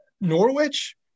Norwich